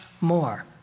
more